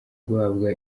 guhabwa